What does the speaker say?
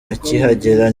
akihagera